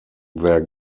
their